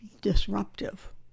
disruptive